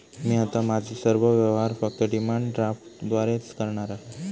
मी आता माझे सर्व व्यवहार फक्त डिमांड ड्राफ्टद्वारेच करणार आहे